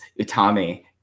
Utami